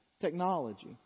technology